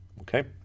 okay